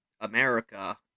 America